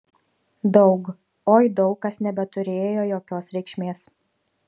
daug oi daug kas nebeturėjo jokios reikšmės